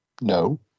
No